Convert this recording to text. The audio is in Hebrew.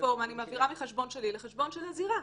בפלטפורמה אני מעבירה מחשבון שלי לחשבון של הזירה.